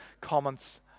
comments